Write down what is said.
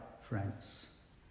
friends